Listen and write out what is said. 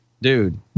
dude